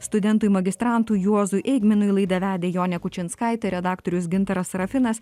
studentui magistrantui juozui eigminui laidą vedė jonė kučinskaitė redaktorius gintaras serafinas